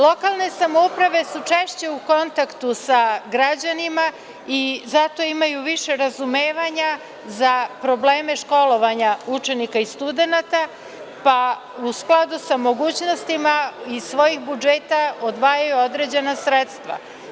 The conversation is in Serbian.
Lokalne samouprave su češće u kontaktu sa građanima i zato imaju više razumevanja za probleme školovanja učenika i studenata, pa u skladu sa mogućnostima iz svojih budžeta odvajaju određena sredstva.